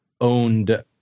owned